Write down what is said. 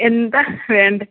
എന്താണ് വേണ്ടത്